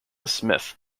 smith